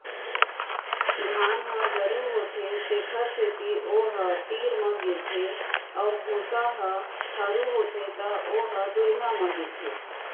धान ह गरू होथे तेखर सेती ओ ह तीर म गिरथे अउ भूसा ह हरू होथे त ओ ह दुरिहा म गिरथे